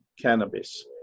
cannabis